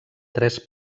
tres